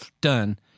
Done